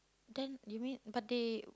then you mean but they